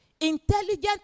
intelligent